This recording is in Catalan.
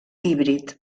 híbrid